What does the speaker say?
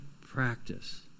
practice